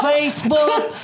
Facebook